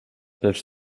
lecz